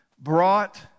brought